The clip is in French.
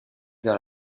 vers